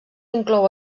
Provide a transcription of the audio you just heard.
inclou